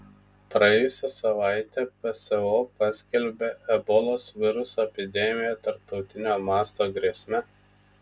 praėjusią savaitę pso paskelbė ebolos viruso epidemiją tarptautinio masto grėsme